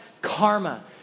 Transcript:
karma